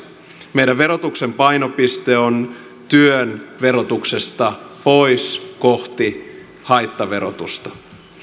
meidän verotuksen painopiste on työn verotuksesta pois kohti haittaverotusta